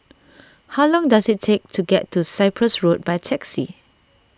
how long does it take to get to Cyprus Road by taxi